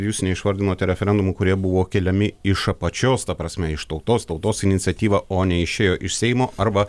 jūs neišvardinote referendumų kurie buvo keliami iš apačios ta prasme iš tautos tautos iniciatyva o neišėjo iš seimo arba